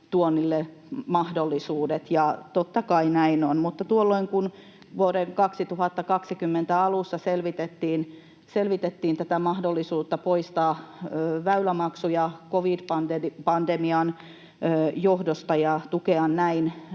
tuonnille mahdollisuudet. Totta kai näin on, mutta kun vuoden 2020 alussa selvitettiin tätä mahdollisuutta poistaa väylämaksuja covid-pandemian johdosta ja tukea näin